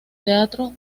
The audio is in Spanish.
teatro